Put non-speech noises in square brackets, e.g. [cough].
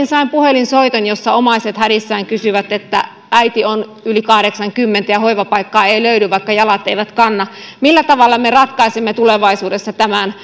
[unintelligible] sain puhelinsoiton jossa omaiset hädissään sanoivat että äiti on yli kahdeksankymmentä ja hoivapaikkaa ei löydy vaikka jalat eivät kanna millä tavalla me ratkaisemme tulevaisuudessa tämän [unintelligible]